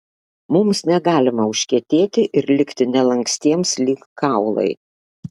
mums negalima užkietėti ir likti nelankstiems lyg kaulai